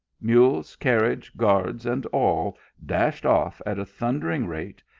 mules, carriage, guards, and all dashed off at a thundering rate,